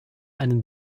einen